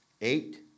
eight